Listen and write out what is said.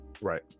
Right